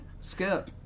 Skip